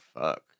fuck